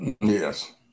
yes